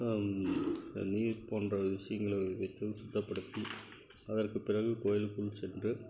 நீர் போன்ற விஷயங்களை வைத்து சுத்தப்படுத்தி அதற்குப் பிறகு கோயிலுக்குள் சென்று